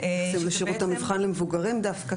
אפילו שירות המבחן למבוגרים דווקא,